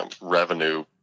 revenue